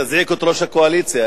תזעיק את ראש הקואליציה.